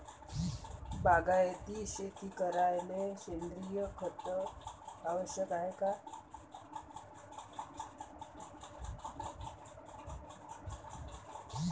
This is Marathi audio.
बागायती शेती करायले सेंद्रिय खत आवश्यक हाये का?